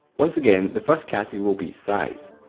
once again, the first category will be size.